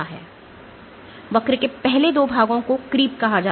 तो वक्र के पहले 2 भागों को creep कहा जाता है